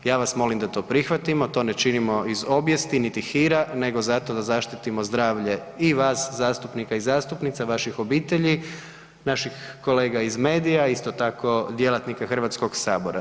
Ja vas molim da to prihvatimo, to ne činimo iz obijesti niti hira, nego zato da zaštitimo zdravlje i vas zastupnika i zastupnica, vaših obitelji, naših kolega iz medija isto tako djelatnika Hrvatskog sabora.